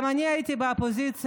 גם אני הייתי באופוזיציה,